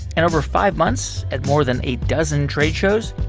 and over five months, at more than a dozen trade shows,